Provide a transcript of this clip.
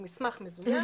הוא מסמך מזויף,